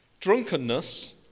drunkenness